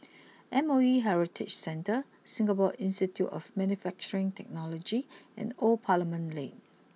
M O E Heritage Centre Singapore Institute of Manufacturing Technology and Old Parliament Lane